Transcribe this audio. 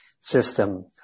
system